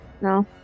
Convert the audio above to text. No